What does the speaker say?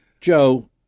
Joe